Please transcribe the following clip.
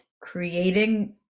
creating